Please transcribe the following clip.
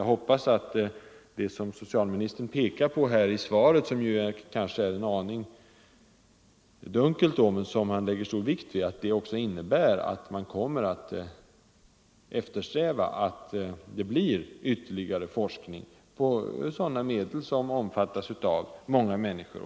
Jag hoppas att det som socialministern pekar på i svaret — som kanske är en aning dunkelt, men som han lade stor vikt vid — också innebär att man kommer att eftersträva ytterligare forskning rörande sådana medel som används av många människor.